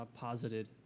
posited